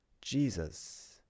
Jesus